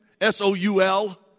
S-O-U-L